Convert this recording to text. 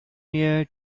year